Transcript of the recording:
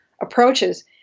approaches